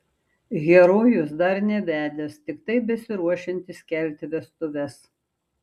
herojus dar nevedęs tiktai besiruošiantis kelti vestuves